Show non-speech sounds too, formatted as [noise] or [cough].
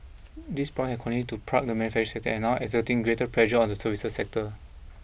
these [unintelligible] have continued to plague the manufacturing sector and now exerting greater pressure on the services sector